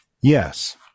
Yes